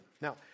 Now